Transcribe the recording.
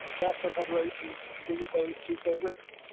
national federation read those two favorites?